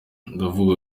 ndavuga